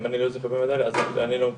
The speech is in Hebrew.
אז יש